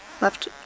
Left